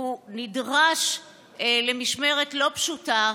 והוא נדרש למשמרת לא פשוטה,